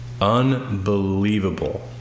unbelievable